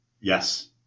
Yes